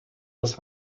els